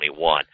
2021